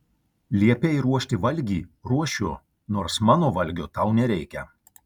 liepei ruošti valgį ruošiu nors mano valgio tau nereikia